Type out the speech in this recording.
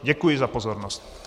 Děkuji za pozornost.